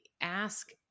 ask